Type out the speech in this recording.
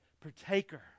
partaker